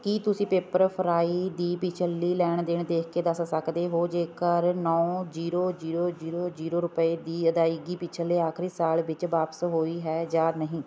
ਕਿ ਤੁਸੀਂਂ ਪੇਪਰ ਫਰਾਈ ਦੀ ਪਿਛਲੀ ਲੈਣ ਦੇਣ ਦੇਖ ਕੇ ਦੱਸ ਸਕਦੇ ਹੋ ਜੇਕਰ ਨੌਂ ਜੀਰੋ ਜੀਰੋ ਜੀਰੋ ਜੀਰੋ ਰੁਪਏ ਦੀ ਅਦਾਇਗੀ ਪਿਛਲੇ ਆਖਰੀ ਸਾਲ ਵਿੱਚ ਵਾਪਸ ਹੋਈ ਹੈ ਜਾਂ ਨਹੀਂ